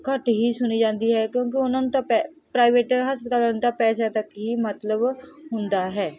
ਘੱਟ ਹੀ ਸੁਣੀ ਜਾਂਦੀ ਹੈ ਕਿਉਂਕਿ ਉਹਨਾਂ ਨੂੰ ਤਾਂ ਪੈ ਪ੍ਰਾਈਵੇਟ ਹਸਪਤਾਲਾਂ ਨੂੰ ਤਾਂ ਪੈਸਿਆਂ ਤੱਕ ਹੀ ਮਤਲਬ ਹੁੰਦਾ ਹੈ